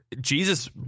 Jesus